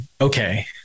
okay